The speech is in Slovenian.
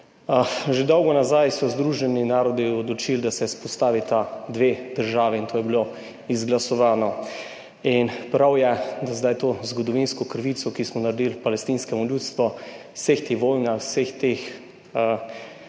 Že dolgo nazaj so Združeni narodi odločili, da se vzpostavita dve državi in to je bilo izglasovano. In prav je, da zdaj to zgodovinsko krivico, ki smo jo naredili palestinskemu ljudstvu, v vseh teh vojnah, v vseh teh